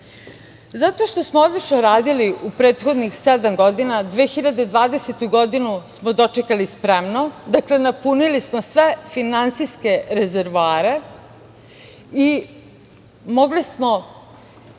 što smo odlično radili u prethodnih sedam godina, 2020. godinu smo dočekali spremnu, dakle napunili smo sve finansijske rezervoare i mogli smo,